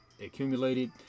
accumulated